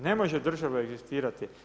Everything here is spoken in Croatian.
Ne može država egzistirati.